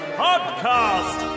podcast